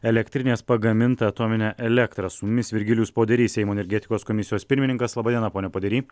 elektrinės pagamintą atominę elektrą su mumis virgilijus poderys seimo energetikos komisijos pirmininkas laba diena pone podery